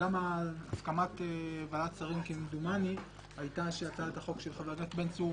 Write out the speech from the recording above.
גם הסכמת ועדת שרים כמדומני היתה שהצעת החוק של חבר הכנסת בן-צור